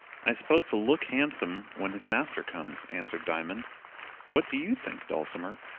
i suppose to look handsome when his master comes, answered diamond what do you think, dulcimer?